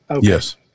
yes